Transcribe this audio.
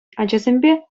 ачасемпе